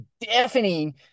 deafening